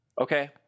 Okay